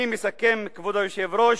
אני מסכם, כבוד היושב-ראש: